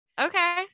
Okay